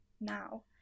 now